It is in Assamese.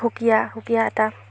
সুকীয়া সুকীয়া এটা